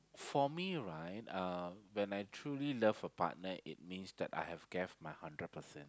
for me right uh when I truly love a partner it means that I have gave my hundred percent